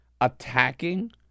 attacking